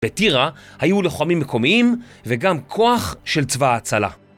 בטירה היו לוחמים מקומיים וגם כוח של צבא ההצלה.